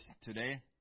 today